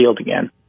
again